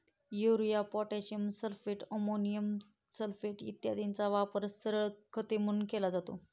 urea, potassium sulphate, ammonium sulphate इत्यादींचा वापर सरळ खते म्हणून केला जातो